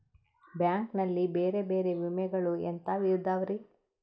Bank ನಲ್ಲಿ ಬೇರೆ ಬೇರೆ ವಿಮೆಗಳು ಎಂತವ್ ಇದವ್ರಿ?